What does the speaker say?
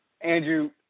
Andrew